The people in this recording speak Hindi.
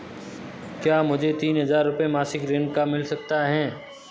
क्या मुझे तीन हज़ार रूपये मासिक का ऋण मिल सकता है?